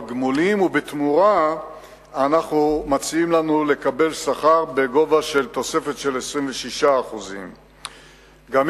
גמולים ובתמורה מציעים לנו לקבל שכר עם תוספת של 26%. יש